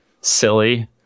silly